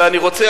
ואני רוצה,